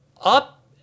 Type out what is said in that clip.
up